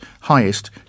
highest